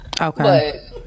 Okay